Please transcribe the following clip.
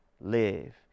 live